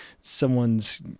someone's